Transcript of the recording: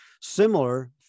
similar